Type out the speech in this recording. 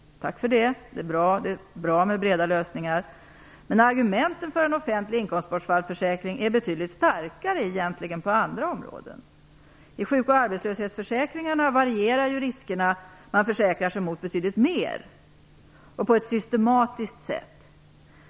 Tack för det! Det är bra med breda lösningar. Men argumenten för en offentlig inkomstbortfallförsäkring är egentligen betydligt starkare på andra områden. I sjuk och arbetslöshetsförsäkringarna varierar riskerna, och man försäkrar sig betydligt mer och på ett systematiskt sätt.